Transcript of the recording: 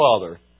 Father